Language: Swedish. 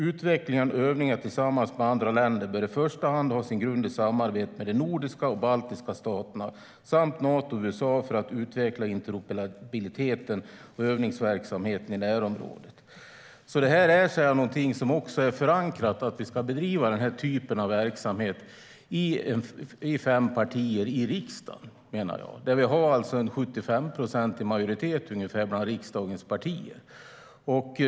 Utvecklingen av övningar tillsammans med andra länder bör i första hand ha sin grund i samarbetet med de nordiska och baltiska staterna samt Nato och USA för att utveckla interoperabiliteten och övningsverksamheten i närområdet. Att vi ska bedriva den här typen av verksamhet menar jag alltså är förankrat i fem partier i riksdagen. Vi har en ungefär 75-procentig majoritet bland riksdagens partier.